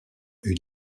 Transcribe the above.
une